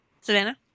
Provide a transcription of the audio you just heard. Savannah